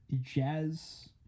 jazz